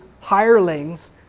hirelings